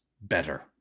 better